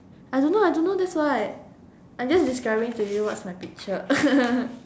I don't know I don't know that's why I just describing to you what's my picture